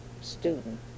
student